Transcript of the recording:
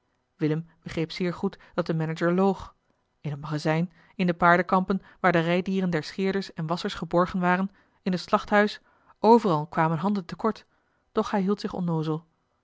willem begreep zeer goed dat de manager loog in het magazijn in de paarden kampen waar de rijdieren der scheerders en wasschers geborgen waren in het slachthuis overal kwamen handen te kort doch hij hield zich onnoozel